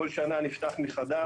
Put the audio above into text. בכל שנה זה נפתח מחדש,